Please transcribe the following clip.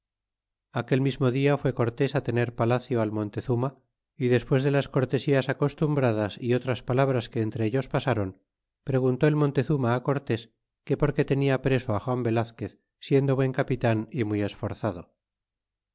aquel mismo dia fué cortés tener palacio al montezuma y despues de las cortesías acostumbradas y otras palabras que entre ellos pasron preguntó el montezuma cortés que por qué te nia preso juan velazquez siendo buen capitan y muy esforzado